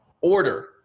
order